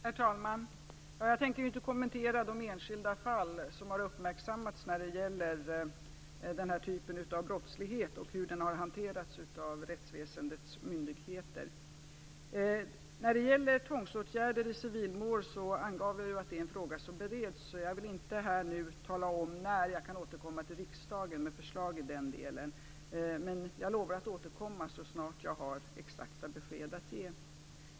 Herr talman! Jag tänker inte kommentera de enskilda fall som har uppmärksammats när det gäller den här typen av brottslighet och hur den har hanterats av rättsväsendets myndigheter. Som jag angav är tvångsåtgärder i civilmål en fråga som bereds och jag vill inte nu tala om när jag kan återkomma till riksdagen med förslag i den delen. Men jag lovar att återkomma så snart jag har exakta besked att ge.